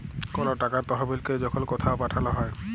call টাকার তহবিলকে যখল কথাও পাঠাল হ্যয়